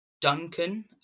Duncan